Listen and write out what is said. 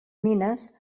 mines